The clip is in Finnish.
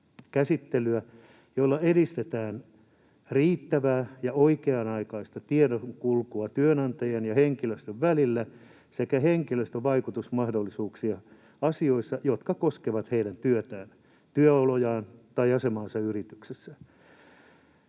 käsittelyä, jolla edistetään riittävää ja oikea-aikaista tiedonkulkua työnantajan ja henkilöstön välillä sekä henkilöstön vaikutusmahdollisuuksia asioissa, jotka koskevat heidän työtään, työolojaan tai asemaansa yrityksessä.